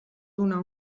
donar